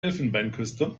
elfenbeinküste